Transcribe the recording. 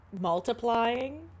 Multiplying